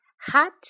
hot